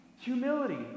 humility